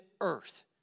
earth